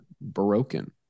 broken